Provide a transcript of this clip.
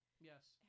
Yes